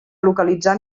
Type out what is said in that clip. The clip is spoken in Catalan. localitzar